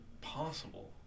possible